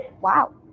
Wow